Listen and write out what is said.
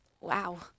Wow